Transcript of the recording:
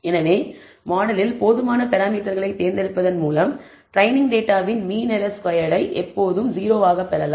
எனவே மாடலில் போதுமான பராமீட்டர்களை தேர்ந்தெடுப்பதன் மூலம் ட்ரெய்னிங் டேட்டாவின் மீன் ஸ்கொயர்ட் எரர் ஐ எப்போதும் 0 ஆக பெறலாம்